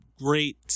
great